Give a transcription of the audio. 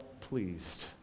pleased